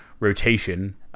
Rotation